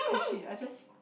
oh shit I just